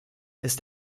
ist